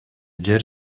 жер